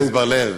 חבר הכנסת בר-לב,